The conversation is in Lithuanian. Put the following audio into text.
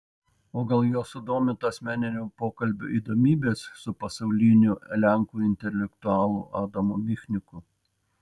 o gal juos sudomintų asmeninio pokalbio įdomybės su pasauliniu lenkų intelektualu adamu michniku